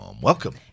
Welcome